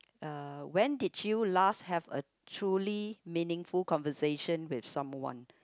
uh when did you last have a truly meaningful conversation with someone